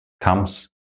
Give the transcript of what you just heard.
comes